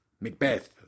Macbeth